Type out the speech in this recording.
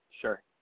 Sure